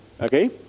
okay